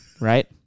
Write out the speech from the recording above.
right